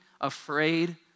afraid